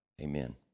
Amen